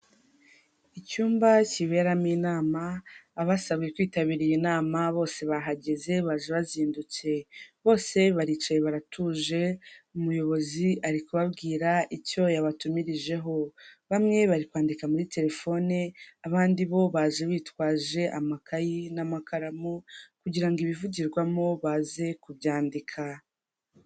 Icyumba kiberamo inama, abasabwe kwitabira iyi nama bose bahageze baje bazindutse, bose baricaye baratuje umuyobozi ari kubabwira icyo yabatumirijeho, bamwe bari kwandika muri telefone, abandi bo baje bitwaje amakayi n'amakaramu kugirango ibivugirwamo baze kubyandika.